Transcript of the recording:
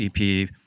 ep